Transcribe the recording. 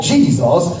Jesus